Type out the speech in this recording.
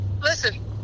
Listen